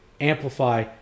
Amplify